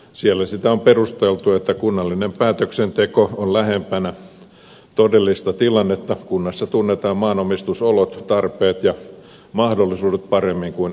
siellä sitä on perusteltu sillä että kunnallinen päätöksenteko on lähempänä todellista tilannetta kunnassa tunnetaan maanomistusolot tarpeet ja mahdollisuudet paremmin kuin etäänpänä